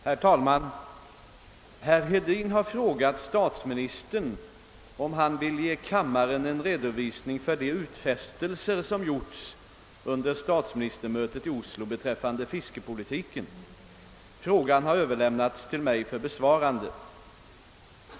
Herr talman! Herr Hedin har frågat statsministern, om han vill ge kammaren en redovisning för de utfästelser som gjorts under statsministermötet i Oslo beträffande fiskepolitiken. Frågan har överlämnats till mig för besvarande.